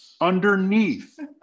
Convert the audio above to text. underneath